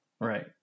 right